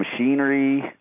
machinery